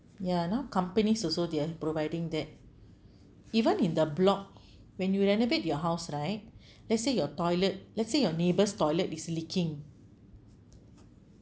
ya now companies also they're providing that even in the block when you renovate your house right let's say your toilet let's say your neighbour's toilet is leaking